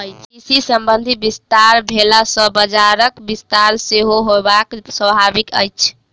कृषि संबंधी विस्तार भेला सॅ बजारक विस्तार सेहो होयब स्वाभाविक अछि